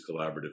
collaborative